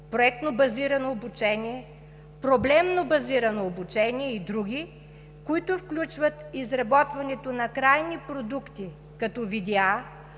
проектно-базирано обучение, проблемно-базирано обучение и други, които включват изработването на крайни продукти, като